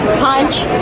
punch,